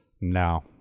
no